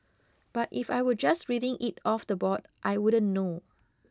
but if I were just reading it off the board I wouldn't know